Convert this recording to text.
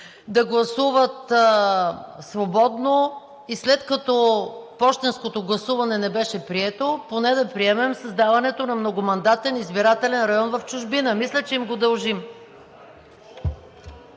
да гласуват свободно и след като пощенското гласуване не беше прието, поне да приемем създаването на многомандатен избирателен район в чужбина. Мисля, че им го дължим.